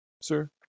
sir